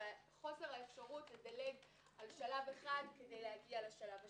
וחוסר האפשרות לדלג על שלב אחד כדי להגיע לשלב השני.